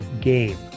game